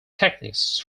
techniques